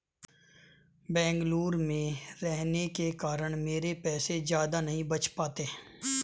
बेंगलुरु में रहने के कारण मेरे पैसे ज्यादा नहीं बच पाते